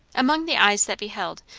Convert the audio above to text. among the eyes that beheld,